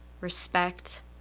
respect